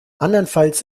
andernfalls